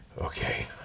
Okay